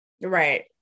right